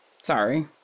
Sorry